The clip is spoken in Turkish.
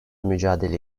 mücadele